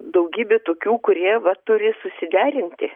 daugybė tokių kurie va turi susiderinti